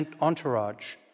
entourage